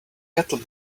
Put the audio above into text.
cattle